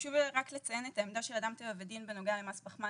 חשוב לי רק לציין את העמדה של 'אדם טבע ודין' בנוגע למס פחמן